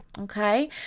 Okay